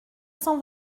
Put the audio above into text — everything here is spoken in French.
cent